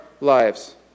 lives